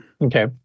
okay